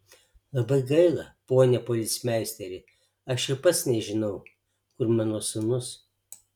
labai gaila pone policmeisteri aš ir pats nežinau kur mano sūnus